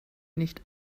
nicht